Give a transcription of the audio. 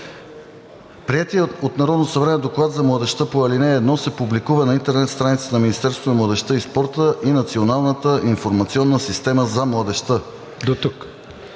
Приетият от Народното събрание доклад за младежта по ал. 1 се публикува на интернет страниците на Министерството на младежта и спорта и Националната информационна система за младежта.“